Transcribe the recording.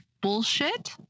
bullshit